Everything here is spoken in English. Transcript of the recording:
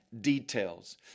details